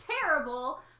terrible